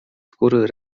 skóry